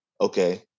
okay